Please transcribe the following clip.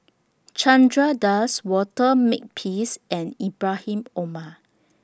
Chandra Das Walter Makepeace and Ibrahim Omar